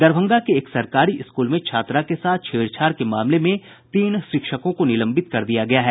दरभंगा के एक सरकारी स्कूल में छात्रा के साथ छेड़छाड़ के मामले में तीन शिक्षकों को निलंबित कर दिया गया है